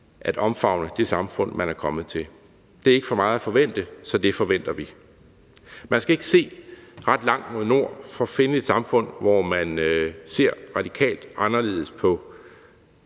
at omfavne det samfund, man er kommet til. Det er ikke for meget at forvente, så det forventer vi. Kl. 11:26 Man skal ikke se ret langt mod nord for at finde et samfund, hvor man ser radikalt anderledes på,